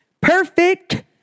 Perfect